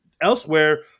elsewhere